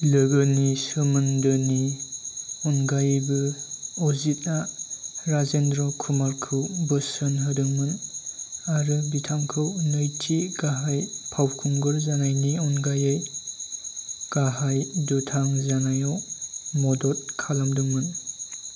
लोगोनि सोमोन्दोनि अनगायैबो अजीतआ राजेन्द्र कुमारखौ बोसोन होदोंमोन आरो बिथांखौ नैथि गाहाय फावखुंगुर जानायनि अनगायै गाहाय दुथां जानायाव मद'द खालामदोंमोन